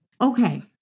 okay